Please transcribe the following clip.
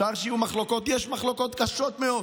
אפשר שיהיו מחלוקות, יש מחלוקות קשות מאוד,